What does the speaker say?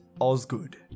Osgood